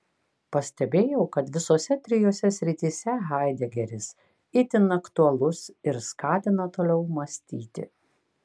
pastebėjau kad visose trijose srityse haidegeris itin aktualus ir skatina toliau mąstyti